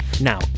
Now